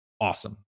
awesome